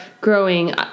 growing